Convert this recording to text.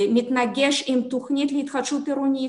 מתנגש עם תוכנית להתחדשות עירונית.